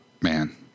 man